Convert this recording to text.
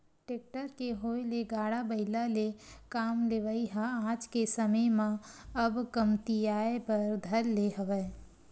tractor के होय ले गाड़ा बइला ले काम लेवई ह आज के समे म अब कमतियाये बर धर ले हवय